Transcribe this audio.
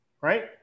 right